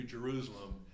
Jerusalem